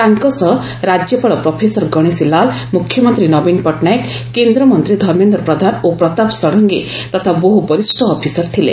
ତାଙ୍କ ସହ ରାଜ୍ୟପାଳ ପ୍ରଫେସର ଗଣିଶୀଲାଲ୍ ମୁଖ୍ୟମନ୍ତ୍ରୀ ନବୀନ ପଟ୍ଟନାୟକ କେନ୍ଦ୍ରମନ୍ତ୍ରୀ ଧର୍ମେନ୍ଦ୍ର ପ୍ରଧାନ ଓ ପ୍ରତାପ ଷଡ଼ଙ୍ଗୀ ତଥା ବହୁ ବରିଷ୍ଠ ଅଫିସର ଥିଲେ